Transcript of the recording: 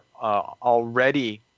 already